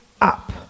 up